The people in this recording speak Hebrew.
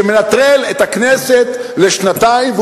שמנטרל את הכנסת לשנתיים,